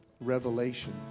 revelation